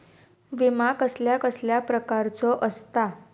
विमा कसल्या कसल्या प्रकारचो असता?